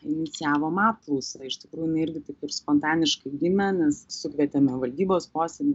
inicijavom apklausą iš tikrųjų jinai irgi taip ir spontaniškai gimė mes sukvietėme valdybos posėdį